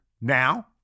now